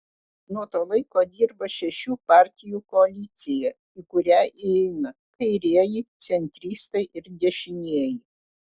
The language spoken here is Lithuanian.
nuo to laiko dirba šešių partijų koalicija į kurią įeina kairieji centristai ir dešinieji